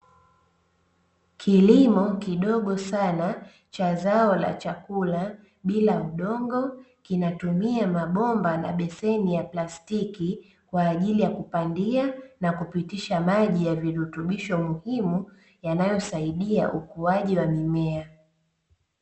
Kilimo kidogo sana cha zao la chakula bila udongo kinatumia mabomba na beseni ya plastiki kwa ajili ya kupandia na kupitisha maji ya virutubisho muhimu yanayosaidia ukuaji wa mimea.